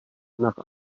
nach